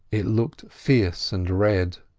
it looked fierce and red,